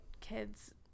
kids